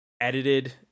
edited